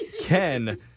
Ken